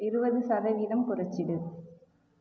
இருபது சதவீதம் குறைச்சிடு